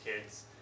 kids